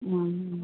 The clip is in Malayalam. ആ